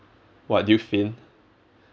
what did you faint